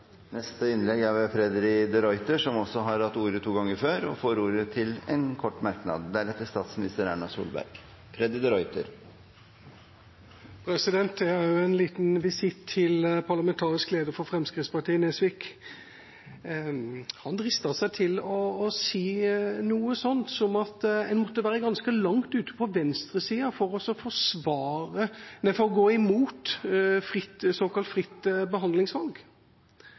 Freddy de Ruiter har hatt ordet to ganger tidligere og får ordet til en kort merknad, begrenset til 1 minutt. Også jeg vil avlegge en liten visitt til parlamentarisk leder for Fremskrittspartiet, Nesvik. Han dristet seg til å si noe slikt som at en måtte være ganske langt ute på venstresida for å gå imot såkalt fritt behandlingsvalg.